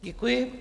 Děkuji.